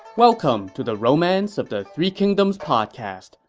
welcome to the romance of the three kingdoms podcast.